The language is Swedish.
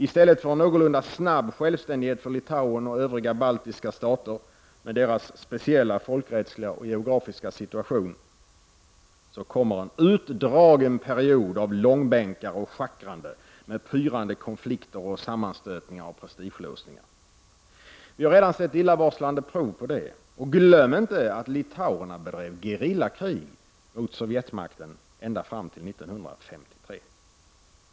I stället för en någorlunda snabb självständighet för Litauen och de övriga baltiska staterna med deras speciella folkrättsliga och geografiska situation kommer en utdragen period av långbänkar och schackrande med pyrande konflikter och sammanstötningar samt prestigelåsningar. Vi har redan sett illavarslande prov på sådant. Och glöm inte att litauerna bedrev gerillakrig mot Sovjetmakten ända fram till 1953!